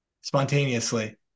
spontaneously